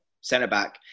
centre-back